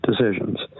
decisions